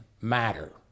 matter